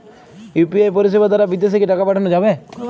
UPI পরিষেবা দারা বিদেশে কি টাকা পাঠানো যাবে?